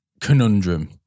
conundrum